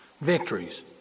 Victories